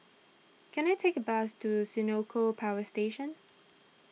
can I take a bus to Senoko Power Station